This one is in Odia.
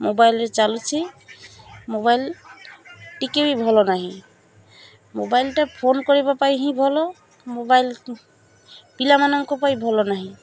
ମୋବାଇଲ୍ରେ ଚାଲୁଛି ମୋବାଇଲ୍ ଟିକେ ବି ଭଲ ନାହିଁ ମୋବାଇଲ୍ଟା ଫୋନ୍ କରିବା ପାଇଁ ହିଁ ଭଲ ମୋବାଇଲ୍ ପିଲାମାନଙ୍କ ପାଇଁ ଭଲ ନାହିଁ